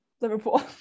Liverpool